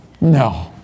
No